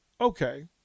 okay